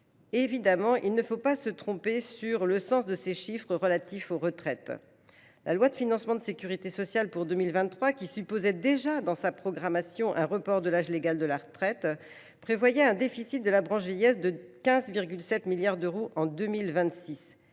Évidemment, il ne faut pas se tromper sur le sens à donner à ces chiffres concernant les retraites. La loi de financement de la sécurité sociale pour 2023, qui supposait déjà dans sa programmation un report de l’âge légal de la retraite, prévoyait un déficit de la branche vieillesse de 15,7 milliards d’euros en 2026,